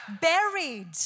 Buried